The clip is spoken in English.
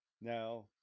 Now